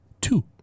two